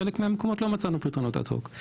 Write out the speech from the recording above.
בחלק מהמקומות לא מצאנו פתרונות אד הוק.